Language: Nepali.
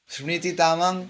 स्मृति तामाङ